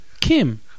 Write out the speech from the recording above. Kim